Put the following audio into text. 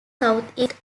southeast